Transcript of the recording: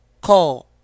call